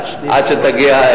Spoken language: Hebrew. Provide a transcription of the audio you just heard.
עד שתגיע.